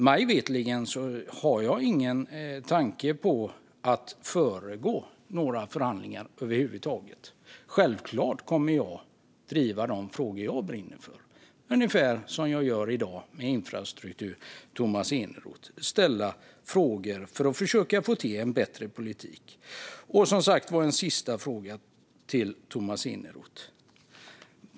Mig veterligen har jag ingen tanke på att föregripa några förhandlingar över huvud taget. Självklart kommer jag att driva de frågor som jag brinner för, ungefär som jag gör i dag med infrastrukturminister Tomas Eneroth när jag ställer frågor för att försöka få till en bättre politik. Jag har en sista fråga till Tomas Eneroth.